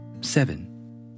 seven